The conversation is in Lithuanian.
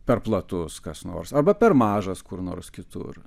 per platus kas nors arba per mažas kur nors kitur